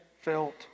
felt